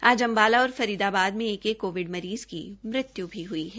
आज अम्बाला फरीदाबाद में एक एक कोविड मरीज़ की मृत्यु भी हुई है